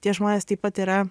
tie žmonės taip pat yra